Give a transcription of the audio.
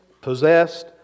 possessed